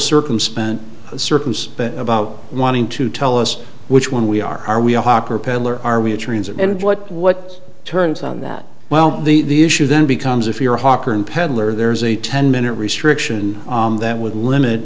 circumspect circumspect about wanting to tell us which one we are we hop or pedler are we a transit and what what turns on that well the issue then becomes if you're a hawk or an peddler there's a ten minute restriction that would limit